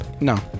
No